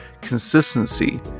consistency